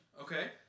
Okay